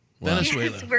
Venezuela